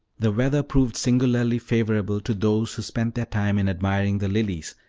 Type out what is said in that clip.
the weather proved singularly favorable to those who spent their time in admiring the lilies,